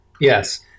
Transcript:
Yes